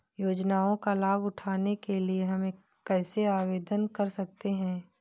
योजनाओं का लाभ उठाने के लिए हम कैसे आवेदन कर सकते हैं?